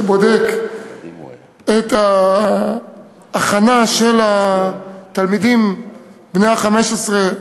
שבודק את ההכנה של התלמידים בני ה-15,